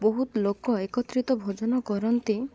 ବହୁତ ଲୋକ ଏକତ୍ରିତ ଭୋଜନ କରନ୍ତି